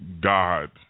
God